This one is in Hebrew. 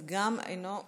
גם אינו נוכח.